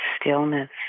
stillness